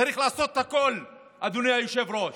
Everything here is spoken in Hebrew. צריך לעשות הכול, אדוני היושב-ראש,